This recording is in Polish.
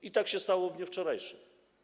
I tak się stało w dniu wczorajszym.